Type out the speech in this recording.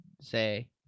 say